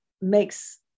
makes